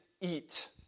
eat